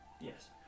Yes